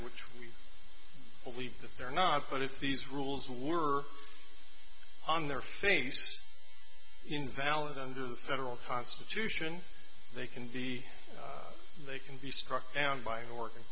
which we believe that they're not but if these rules were on their face invalid under federal constitution they can be they can be struck down by or in